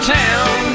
town